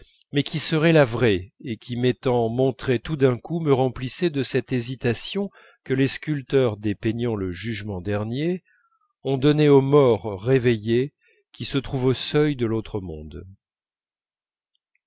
mais qui serait la vraie et qui m'étant montrée tout d'un coup me remplissait de cette hésitation que les sculpteurs dépeignant le jugement dernier ont donnée aux morts réveillés qui se trouvent au seuil de l'autre monde